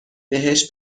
بهش